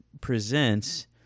presents